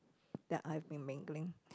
that I've been mingling